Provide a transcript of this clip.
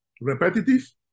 repetitive